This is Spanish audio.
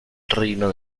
reino